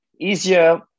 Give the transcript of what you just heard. easier